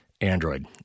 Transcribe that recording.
Android